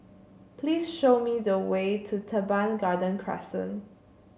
please show me the way to Teban Garden Crescent